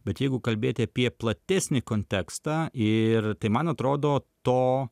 bet jeigu kalbėti apie platesnį kontekstą ir tai man atrodo to